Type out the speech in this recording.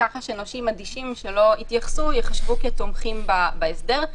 כך שנושים אדישים שלא יתייחסו ייחשבו כתומכים בהסדר.